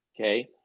okay